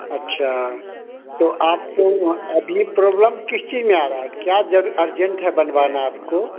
अच्छा तो आपको अभी प्रॉब्लम किस चीज़ में आ रहा है क्या जब अर्जेंट बनवाना है आपको